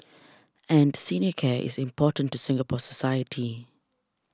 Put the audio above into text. and senior care is important to Singapore society